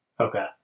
Okay